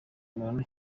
muntu